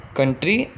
Country